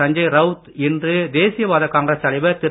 சஞ்சய் ரவுத் இன்று தேசியவாத காங்கிரஸ் தலைவர் திரு